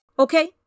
Okay